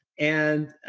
and